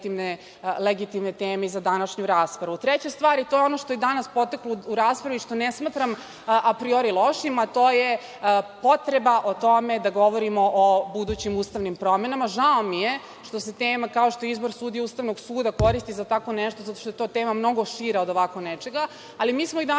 legitimne teme i za današnju raspravu. Treća stvar, to je ono što je danas poteklo u raspravi, što ne smatram apriori lošim, a to je potreba o tome da govorimo o budućim ustavnim promenama. Žao mi je što se tema kao što je izbor sudija Ustavnog suda koristi za tako nešto, zato što je to tema mnogo šira od ovako nečega, ali mi smo i danas